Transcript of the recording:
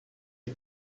die